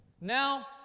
now